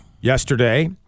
yesterday